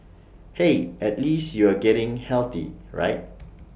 hey at least you are getting healthy right